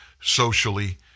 socially